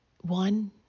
one